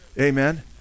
Amen